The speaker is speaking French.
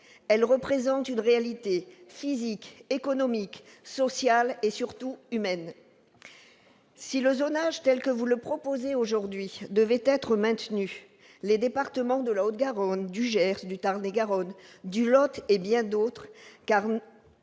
Elles représentent une réalité physique, économique, sociale et, surtout, humaine. Si le zonage, tel que vous le proposez aujourd'hui, devait être maintenu, les départements de la Haute-Garonne, du Gers, du Tarn-et-Garonne, du Lot et bien d'autres verront